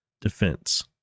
defense